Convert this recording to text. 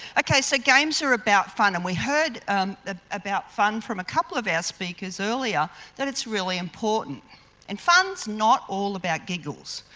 okay, so games are about fun and we heard ah about fun from a couple of our speakers earlier that it's really important and fun's not all about giggles.